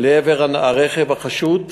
לעבר הרכב החשוד.